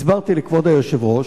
הסברתי לכבוד היושב-ראש,